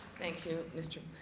thank you, mr.